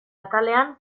atalean